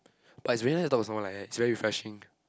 but it's very nice to talk to someone like that it's very refreshing